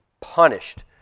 punished